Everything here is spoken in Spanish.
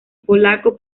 polaco